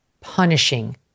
punishing